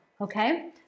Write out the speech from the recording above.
okay